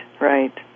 right